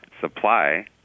supply